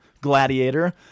gladiator